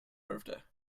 birthday